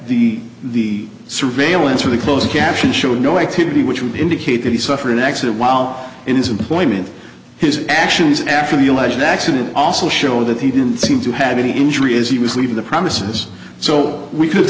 the the surveillance from the closed caption showed no activity which would indicate that he suffered an exit while in his employment his actions after the alleged accident also show that he didn't seem to have any injury as he was leaving the premises so we could